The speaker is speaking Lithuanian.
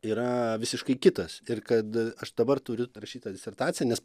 yra visiškai kitas ir kad aš dabar turiu rašyt tą disertaciją nes